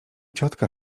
ciotka